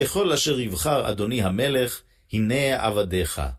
בכל אשר יבחר אדוני המלך, הנה עבדיך.